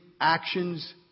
actions